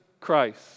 Christ